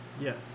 Yes